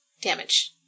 Damage